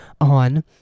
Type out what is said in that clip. on